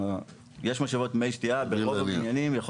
יש משאבות מי שתייה ברוב הבניינים,